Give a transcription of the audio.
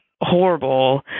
horrible